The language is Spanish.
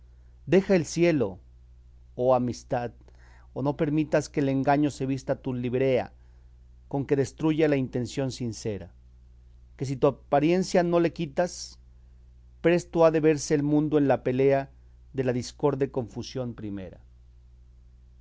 deja el cielo oh amistad o no permitas que el engaño se vista tu librea con que destruye a la intención sincera que si tus apariencias no le quitas presto ha de verse el mundo en la pelea de la discorde confusión primera